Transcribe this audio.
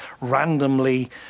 randomly